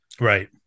right